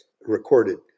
recorded